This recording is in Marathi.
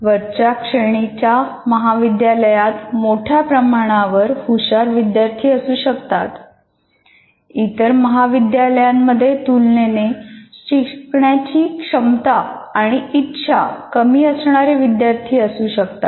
वरच्या श्रेणीच्या महाविद्यालयात मोठ्या प्रमाणावर हुशार विद्यार्थी असू शकतात इतर महाविद्यालयांमध्ये तुलनेने शिकण्याची क्षमता आणि आणि इच्छा कमी असणारे विद्यार्थी असू शकतात